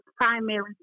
primary